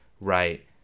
right